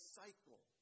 cycle